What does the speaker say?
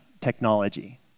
technology